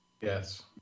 yes